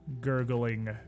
gurgling